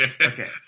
okay